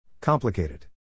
Complicated